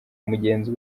mugenzi